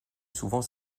souvent